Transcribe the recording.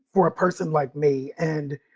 for a person like me. and,